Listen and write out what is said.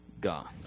gone